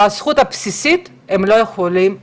ואת הזכות הבסיסית הזאת הם לא יכולים לקבל,